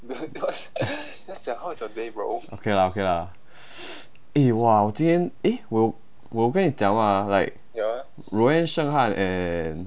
okay lah okay lah eh !wah! 我今天 eh 我有跟你讲吗 like roanne sheng han and